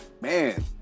man